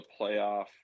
playoff